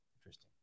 Interesting